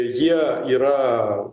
jie yra